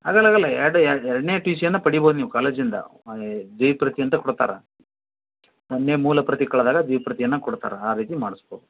ಆಗಲ್ ಆಗಲ್ಲ ಎರಡು ಎರಡು ಎರಡನೇ ಟೀ ಸಿಯನ್ನು ಪಡಿಬೋದು ನೀವು ಕಾಲೇಜಿಂದ ಅನೇ ದ್ವಿ ಪ್ರತಿ ಅಂತ ಕೊಡ್ತಾರೆ ಒಂದನೇ ಮೂಲ ಪ್ರತಿ ಕಳೆದಾಗ ದ್ವಿ ಪ್ರತಿಯನ್ನು ಕೊಡ್ತಾರೆ ಆ ರೀತಿ ಮಾಡಿಸ್ಬೋದು